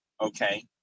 okay